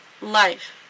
life